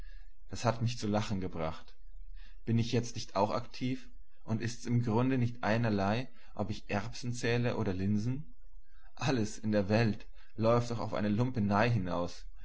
das hat mich zu lachen gemacht bin ich jetzt nicht auch aktiv und ist's im grunde nicht einerlei ob ich erbsen zähle oder linsen alles in der welt läuft doch auf eine lumperei hinaus